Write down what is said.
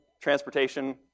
transportation